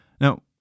Now